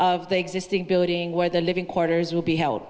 of the existing building where the living quarters will be held